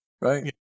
right